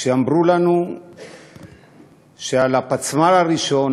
כשאמרו לנו שעל הפצמ"ר הראשון,